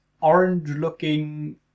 orange-looking